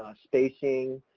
spacing,